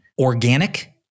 organic